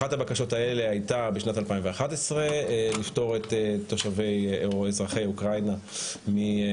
אחת הבקשות האלה הייתה בשנת 2011 לפטור את אזרחי אוקראינה מחובת